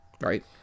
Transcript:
Right